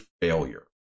failure